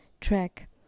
track